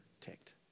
ticked